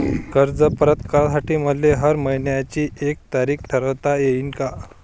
कर्ज परत करासाठी मले हर मइन्याची एक तारीख ठरुता येईन का?